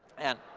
and